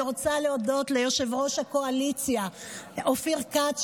אני רוצה להודות ליושב-ראש הקואליציה אופיר כץ,